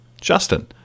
Justin